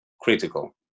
critical